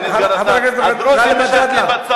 חבר הכנסת מג'אדלה.